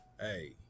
hey